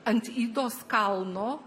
ant idos kalno